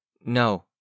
No